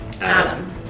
Adam